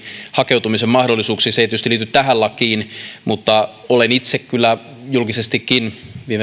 hakeutumisen mahdollisuuksista se ei tietysti liity tähän lakiin mutta olen itse kyllä julkisestikin esimerkiksi viime